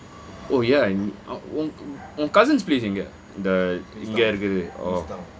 oh ya and உன்:un cousin's place எனக:enga